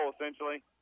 essentially